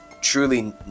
truly